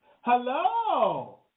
Hello